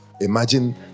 imagine